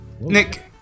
Nick